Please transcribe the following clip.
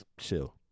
chill